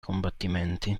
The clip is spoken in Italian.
combattimenti